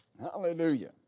hallelujah